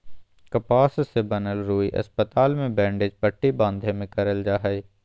कपास से बनल रुई अस्पताल मे बैंडेज पट्टी बाँधे मे करल जा हय